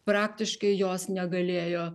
praktiškai jos negalėjo